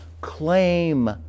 claim